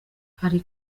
hari